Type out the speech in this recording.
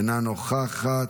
אינה נוכחת,